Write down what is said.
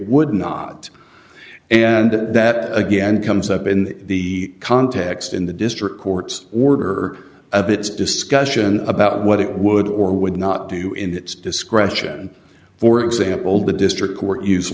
would not and that again comes up in the context in the district court's order a bit is discussion about what it would or would not do in that discretion for example the district court use